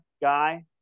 guy